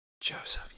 Joseph